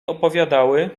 opowiadały